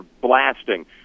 blasting